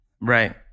Right